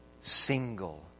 single